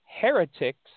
heretics